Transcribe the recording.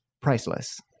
priceless